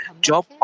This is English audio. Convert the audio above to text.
Job